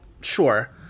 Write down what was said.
Sure